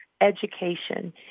education